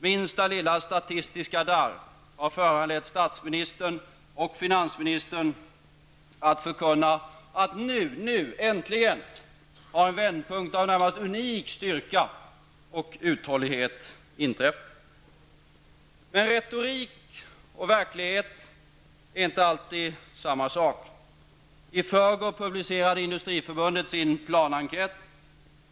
Minsta lilla statistiska darr har föranlett statsministern och finansministern att förkunna att en vändpunkt av närmast unik styrka och uthållighet nu inträtt. Men retorik och verklighet är inte alltid samma sak. I förrgår publicerade Industriförbundet sin planenkät.